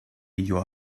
your